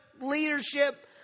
leadership